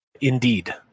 Indeed